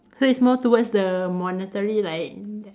so it's more towards the monetary like